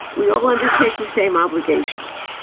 we all undertake the same obligations.